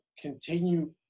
continue